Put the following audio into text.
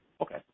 Okay